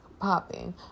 popping